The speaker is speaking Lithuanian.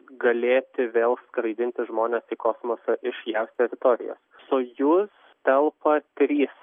galėti vėl skraidinti žmones į kosmosą iš jav teritorijos sojuz telpa trys